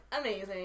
amazing